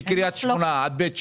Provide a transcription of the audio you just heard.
מקרית שמונה עד בית שאן,